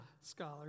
scholar